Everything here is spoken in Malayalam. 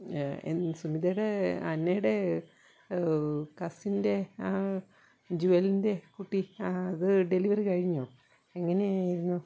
എൻ സുനിതയുടെ അന്നയുടെ കസിൻ്റെ ജൂവലിൻ്റെ കുട്ടി അത് ഡെലിവറി കഴിഞ്ഞോ എങ്ങനെയായിരുന്നു